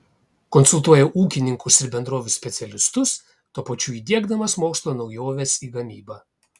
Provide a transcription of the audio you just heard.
konsultuoja ūkininkus ir bendrovių specialistus tuo pačiu įdiegdamas mokslo naujoves į gamybą